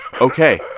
Okay